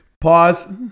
Pause